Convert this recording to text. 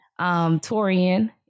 Torian